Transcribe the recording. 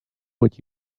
what